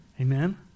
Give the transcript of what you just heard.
Amen